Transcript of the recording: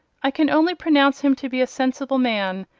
i can only pronounce him to be a sensible man,